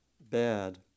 bad